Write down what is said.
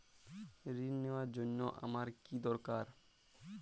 ঋণ নেওয়ার জন্য আমার কী দরকার?